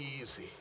easy